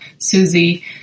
Susie